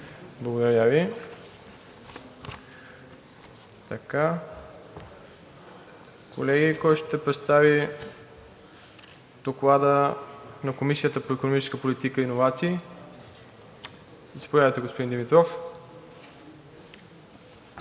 Благодаря Ви. Колеги, кой ще представи Доклада на Комисията по икономическа политика и иновации? Заповядайте, господин Димитров.